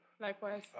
Likewise